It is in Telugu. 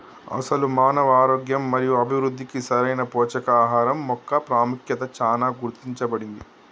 అసలు మానవ ఆరోగ్యం మరియు అభివృద్ధికి సరైన పోషకాహరం మొక్క పాముఖ్యత చానా గుర్తించబడింది